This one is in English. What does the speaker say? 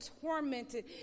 tormented